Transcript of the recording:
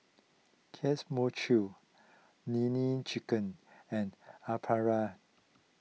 Kanes Mochi Nene Chicken and Aprilia